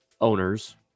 owners